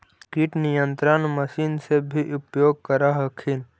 किट नियन्त्रण मशिन से भी उपयोग कर हखिन?